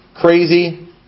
crazy